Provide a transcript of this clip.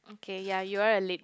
okay ya you are a late